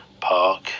park